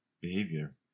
behavior